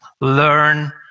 learn